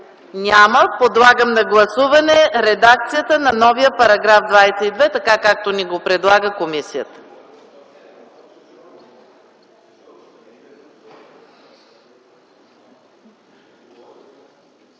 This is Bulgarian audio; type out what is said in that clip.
Няма. Подлагам на гласуване редакцията на новия § 22, така както ни го предлага комисията.